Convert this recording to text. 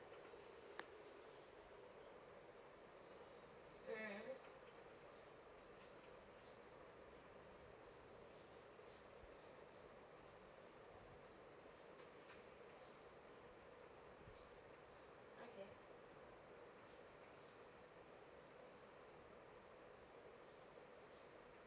mm okay